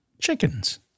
Chickens